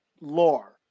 lore